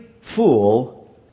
fool